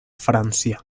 francia